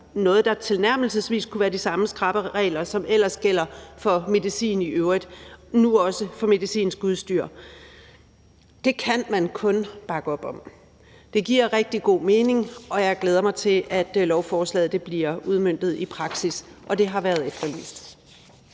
noget, der tilnærmelsesvis kunne være de samme skrappe regler, som ellers gælder for medicin i øvrigt, nu også skal gælde for medicinsk udstyr. Det kan man kun bakke op om. Det giver rigtig god mening, og jeg glæder mig til, at lovforslaget bliver udmøntet i praksis, og det har været efterlyst.